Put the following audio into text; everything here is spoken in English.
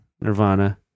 nirvana